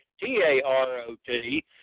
T-A-R-O-T